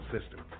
system